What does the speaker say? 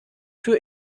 für